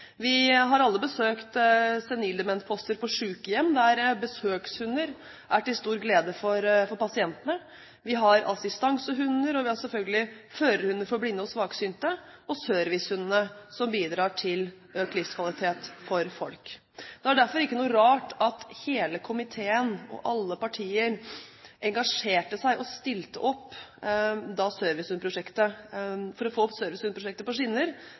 Vi har alle besøkt senildementposter på sykehjem der besøkshunder er til stor glede for pasientene. Vi har assistansehunder, vi har selvfølgelig førerhunder for blinde og svaksynte, og vi har servicehundene som bidrar til økt livskvalitet for folk. Det er derfor ikke noe rart at hele komiteen og alle partier engasjerte seg og stilte opp for å få servicehundprosjektet på skinner